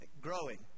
growing